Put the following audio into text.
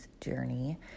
journey